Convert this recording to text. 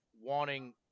wanting